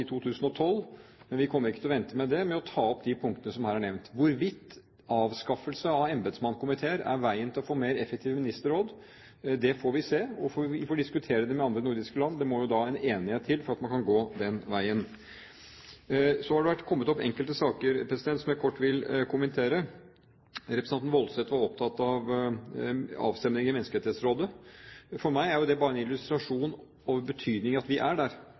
i 2012, men vi kommer ikke til å vente til da med å ta opp de punktene som her er nevnt. Hvorvidt en avskaffelse av embetsmannskomiteer er veien å gå for å få mer effektive ministerråd, får vi se på. Vi får diskutere det med de andre nordiske land. Det må en enighet til for at man kan gå den veien. Så har det kommet opp enkelte saker som jeg kort vil kommentere. Representanten Woldseth var opptatt av avstemningen i Menneskerettighetsrådet. For meg er det bare en illustrasjon på betydningen av at vi er der,